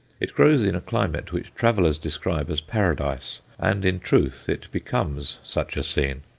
it grows in a climate which travellers describe as paradise, and, in truth, it becomes such a scene.